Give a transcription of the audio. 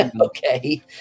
Okay